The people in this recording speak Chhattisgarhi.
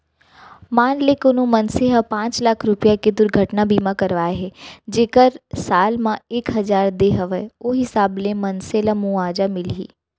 मान ले कोनो मनसे ह पॉंच लाख रूपया के दुरघटना बीमा करवाए हे जेकर साल म एक हजार दे हवय ओ हिसाब ले मनसे ल मुवाजा मिलही